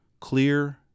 Clear